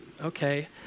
Okay